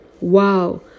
Wow